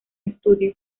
estudio